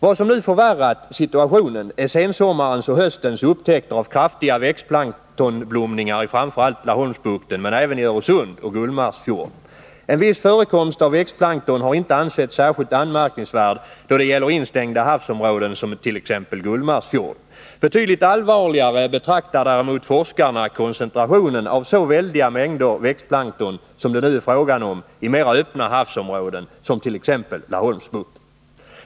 Vad som nu förvärrat situationen är sensommarens och höstens upptäckter av kraftiga växtplanktonblomningar i framför allt Laholmsbukten men även i Öresund och Gullmarsfjorden. En viss förekomst av växtplankton har inte ansetts särskilt anmärkningsvärd då det gäller instängda havsområden som t.ex. Gullmarsfjorden. Betydligt allvarligare betraktar däremot forskarna koncentrationen av så väldiga mängder växtplankton som det nu är fråga om i mera öppna havsområden som t.ex. Laholmsbukten.